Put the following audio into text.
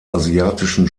asiatischen